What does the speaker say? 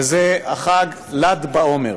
וזה החג ל"ד בעומר.